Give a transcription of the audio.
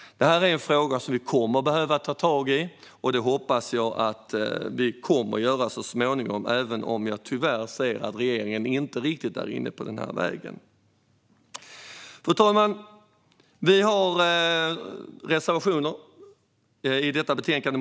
Det här är en fråga som vi kommer att behöva ta tag i, och det hoppas jag att vi kommer att göra så småningom, även om jag tyvärr ser att regeringen inte riktigt är inne på den vägen. Fru talman! Vi moderater har reservationer i detta betänkande.